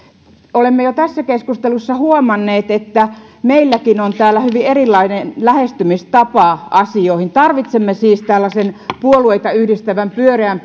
olemme jo tässä keskustelussa huomanneet että meilläkin on täällä hyvin erilainen lähestymistapa asioihin tarvitsemme siis tällaisen puolueita yhdistävän pyöreän